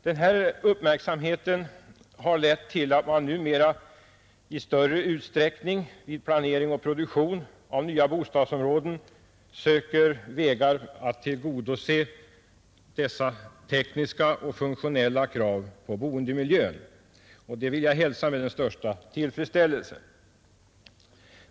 Den uppmärksamheten har lett till att man numera i större utsträckning vid planering och produktion av nya bostadsområden söker vägar att tillgodose dessa tekniska och funktionella krav på boendemiljön. Det vill jag hälsa med den största tillfredsställelse.